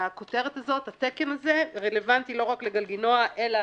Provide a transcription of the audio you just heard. שהכותרת הזו, התקן הזה רלוונטי לא רק לגלגינוע אלא